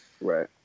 right